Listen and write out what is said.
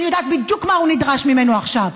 ואני יודעת בדיוק מה נדרש ממנו עכשיו.